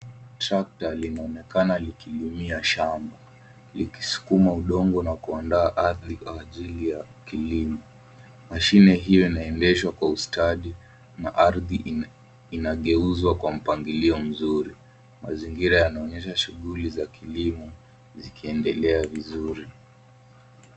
Tractor linaonekana likilimia shamba likisukuma udongo na kuondoa ardhi kwa ajili ya kilimo. Mashine hiyo inaendeshwa kwa ustadi na ardhi inageuzwa kwa mpangilio mzuri. Mazingira yanaonyesha shughuli za kilimo zikiendelea vizuri.